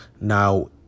Now